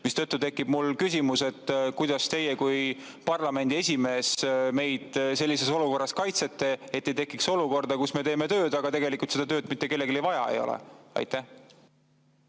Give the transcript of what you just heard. Mistõttu tekib mul küsimus, et kuidas teie kui parlamendi esimees meid sellises olukorras kaitsete, et ei tekiks olukorda, kus me teeme tööd, aga tegelikult seda tööd mitte kellelegi vaja ei ole. Jaa,